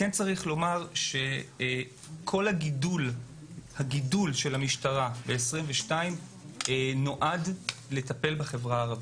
צריך לומר שכל הגידול של המשטרה ב-2022 נועד לטפל בחברה הערבית.